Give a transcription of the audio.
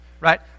right